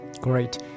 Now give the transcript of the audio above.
Great